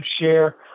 share